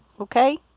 okay